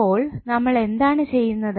ഇപ്പോൾ നമ്മൾ എന്താണ് ചെയ്യുന്നത്